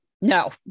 no